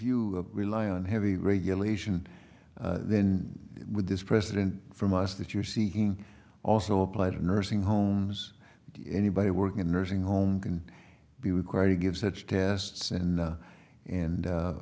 you rely on heavy regulation then with this president from us that you're seeing also apply to nursing homes anybody working in a nursing home can be required to give such tests and and